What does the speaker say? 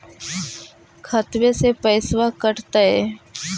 खतबे से पैसबा कटतय?